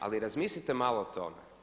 Ali razmislite malo o tome.